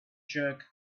jerk